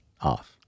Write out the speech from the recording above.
off